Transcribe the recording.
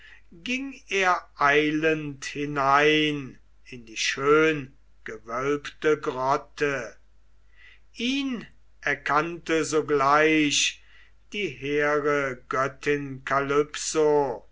ging er eilend hinein in die schöngewölbete grotte ihn erkannte sogleich die hehre göttin